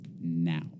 now